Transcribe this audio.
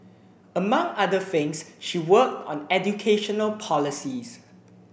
among other things she worked on educational policies